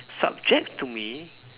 subject to me